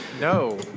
No